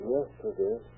Yesterday